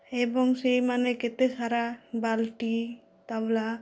ଏବଂ ସେଇମାନେ କେତେସାରା ବାଲ୍ଟି ତାୱଲା